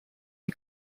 die